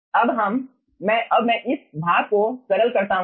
अब मैं इस भाग को सरल करता हूँ